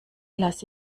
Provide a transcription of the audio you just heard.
lasse